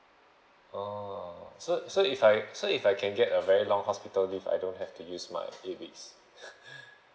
oh so so if I so if I can get a very long hospital leave I don't have to use my eight weeks